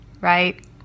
right